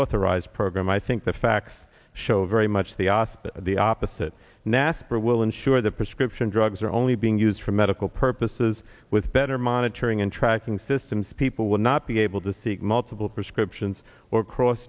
authorized program i think the facts show very much the afspa the opposite naspers will ensure the prescription drugs are only being used for medical purposes with better monitoring and tracking systems people will not be able to seek multiple prescriptions or cross